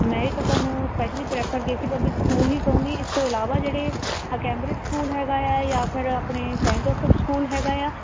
ਮੈਂ ਇਹ ਤਾਂ ਤੁਹਾਨੂੰ ਸਪੈਸ਼ਲੀ ਪ੍ਰੈਫਰ ਕੇ ਸੀ ਪਬਲਿਕ ਸਕੂਲ ਹੀ ਕਹਾਂਗੀ ਇਸ ਤੋਂ ਇਲਾਵਾ ਜਿਹੜੇ ਆਹ ਕੈਮਬ੍ਰੇਜ ਸਕੂਲ ਹੈਗਾ ਆ ਜਾਂ ਫਿਰ ਆਪਣੇ ਸੈਂਟ ਜੌਸਫ ਸਕੂਲ ਹੈਗਾ ਆ